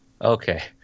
okay